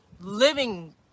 living